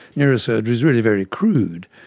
neurosurgery is really very crude.